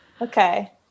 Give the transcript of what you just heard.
okay